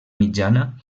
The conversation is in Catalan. mitjana